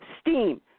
Steam